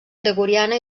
gregoriana